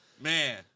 Man